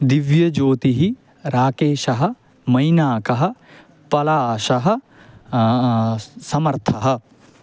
दिव्यज्योतिः राकेशः मैनाकः पलाशः स् समर्थः